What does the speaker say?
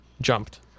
Jumped